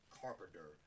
carpenter